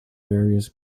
various